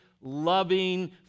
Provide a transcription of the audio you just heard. loving